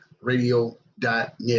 radio.net